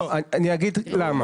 אני אגיד למה.